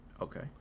Okay